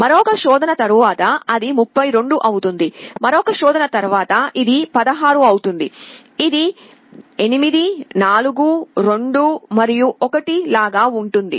మరొక శోధన తరువాత అది 32 అవుతుంది మరొక శోధన తరువాత ఇది 16 అవుతుంది ఇది 8 4 2 మరియు 1 లాగా ఉంటుంది